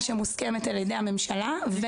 שמוסכמת על ידי הממשלה.